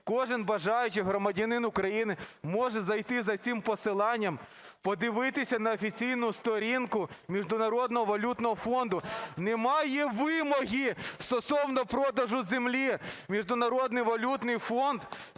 Кожен бажаючий громадянин України може зайти за цим посиланням, подивитися на офіційну сторінку Міжнародного валютного фонду. Немає вимоги стосовно продажу землі. Міжнародний валютний фонд